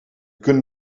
kunnen